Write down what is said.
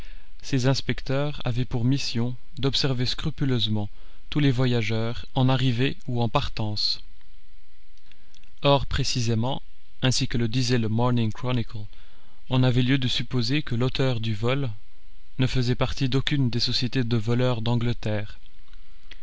ces inspecteurs avaient pour mission d'observer scrupuleusement tous les voyageurs en arrivée ou en partance or précisément ainsi que le disait le morning chronicle on avait lieu de supposer que l'auteur du vol ne faisait partie d'aucune des sociétés de voleurs d'angleterre